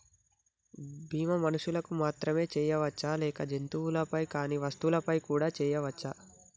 బీమా మనుషులకు మాత్రమే చెయ్యవచ్చా లేక జంతువులపై కానీ వస్తువులపై కూడా చేయ వచ్చా?